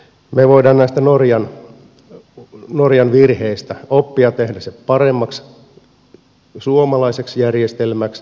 me voimme näistä norjan virheistä oppia tehdä sen paremmaksi suomalaiseksi järjestelmäksi